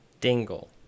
Dingle